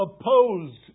opposed